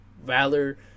valor